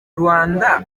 ruanda